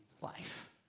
life